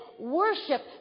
Worship